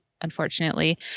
unfortunately